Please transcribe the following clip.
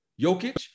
Jokic